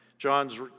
John's